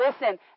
Listen